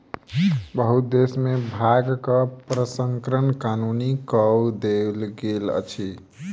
बहुत देश में भांगक प्रसंस्करण कानूनी कअ देल गेल अछि